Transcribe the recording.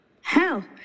Hell